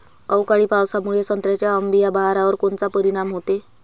अवकाळी पावसामुळे संत्र्याच्या अंबीया बहारावर कोनचा परिणाम होतो?